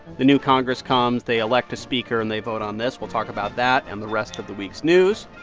the new congress comes. they elect a speaker, and they vote on this. we'll talk about that and the rest of the week's news.